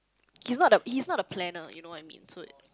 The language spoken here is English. he's not the he's not the planner you know what I mean so